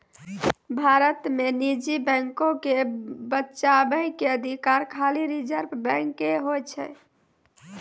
भारत मे निजी बैको के बचाबै के अधिकार खाली रिजर्व बैंक के ही छै